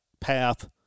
path